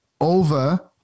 over